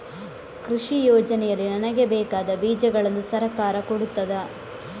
ಕೃಷಿ ಯೋಜನೆಯಲ್ಲಿ ನನಗೆ ಬೇಕಾದ ಬೀಜಗಳನ್ನು ಸರಕಾರ ಕೊಡುತ್ತದಾ?